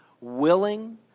willing